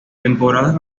temporadas